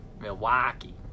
Milwaukee